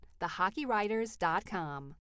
thehockeywriters.com